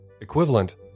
equivalent